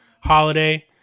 Holiday